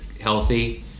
healthy